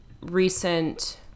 recent